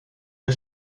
der